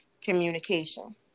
communication